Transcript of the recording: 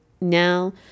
now